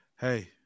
Hey